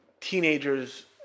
teenagers